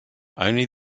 only